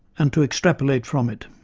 and to extrapolate from it.